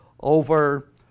over